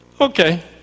okay